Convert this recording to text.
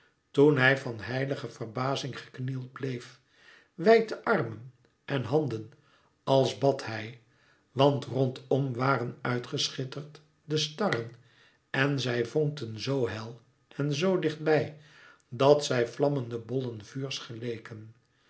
toen hij van heilige verbazing geknield bleef wijd de armen en handen als bad hij want rondom waren uit geschitterd de starren en zij vonkten zoo hel en zoo dichtbij dat zij vlammende bollen vuurs geleken